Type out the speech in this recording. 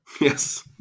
Yes